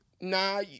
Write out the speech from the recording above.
Nah